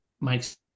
makes